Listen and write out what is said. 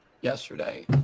yesterday